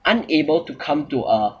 unable to come to a